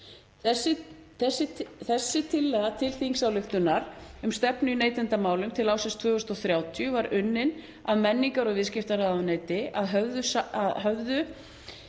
Þessi tillaga til þingsályktunar um stefnu í neytendamálum til ársins 2030 var unnin af menningar- og viðskiptaráðuneyti að höfðu